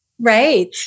Right